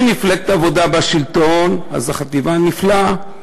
אם מפלגת העבודה בשלטון אז החטיבה נפלאה,